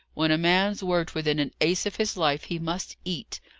when a man's worked within an ace of his life, he must eat.